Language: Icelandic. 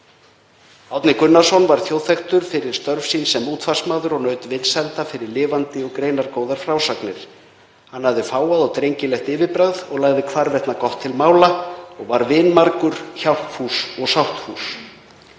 Árni Gunnarsson varð þjóðþekktur fyrir störf sín sem útvarpsmaður og naut vinsælda fyrir lifandi og greinargóðar frásagnir. Hann hafði fágað og drengilegt yfirbragð og lagði hvarvetna gott til mála og var vinmargur, hjálpfús og sáttfús.